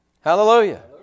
Hallelujah